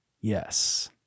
Yes